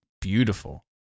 beautiful